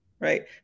right